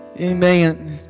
Amen